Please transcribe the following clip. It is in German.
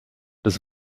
des